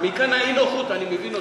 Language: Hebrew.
מכאן האי-נוחות, אני מבין אותה.